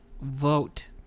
vote